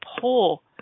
pull